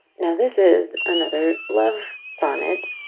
now this is another love sonnet.